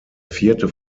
vierte